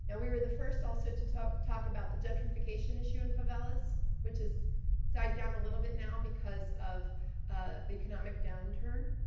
and we were the first also to talk talk about the gentrification issue in favelas, which has died down a little bit now because of ah the economic downturn.